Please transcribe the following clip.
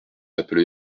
appelé